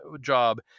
job